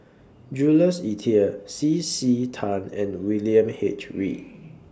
Jules Itier C C Tan and William H Read